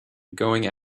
going